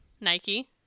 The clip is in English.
nike